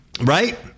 right